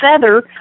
feather